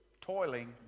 Toiling